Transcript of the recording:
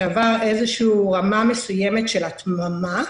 שעבר איזו שהיא רמה מסוימת של התממה.